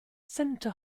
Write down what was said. senator